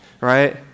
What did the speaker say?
Right